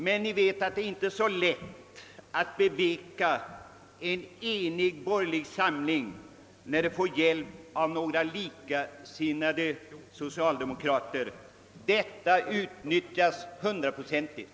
Men ni vet att det inte är så lätt att beveka en enig borgerlig samling när den får hjälp av några likasinnade socialdemokrater — denna hjälp utnyttjas hundraprocentigt.